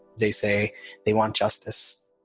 they say they want justice